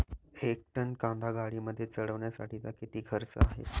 एक टन कांदा गाडीमध्ये चढवण्यासाठीचा किती खर्च आहे?